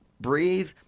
breathe